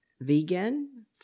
vegan